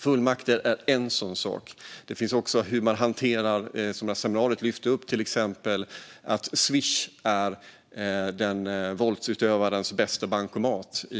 Fullmakter är en sådan sak, men också det som lyftes upp på seminariet, hur man ska hantera att Swish är våldsutövarens bästa bankomat.